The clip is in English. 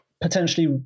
potentially